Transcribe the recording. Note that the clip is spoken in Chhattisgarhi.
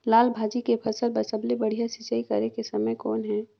लाल भाजी के फसल बर सबले बढ़िया सिंचाई करे के समय कौन हे?